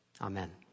Amen